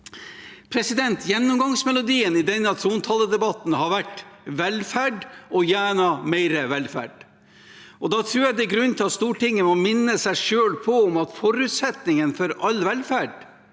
feil. Gjennomgangsmelodien i denne trontaledebatten har vært velferd – og enda mer velferd. Da tror jeg det er grunn til at vi i Stortinget må minne oss selv på at forutsetningen for all velferd